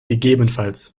ggf